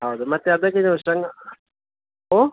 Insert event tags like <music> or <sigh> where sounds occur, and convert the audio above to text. ಹೌದು ಮತ್ತೆ ಅದಕ್ಕೀಗ <unintelligible> ಓ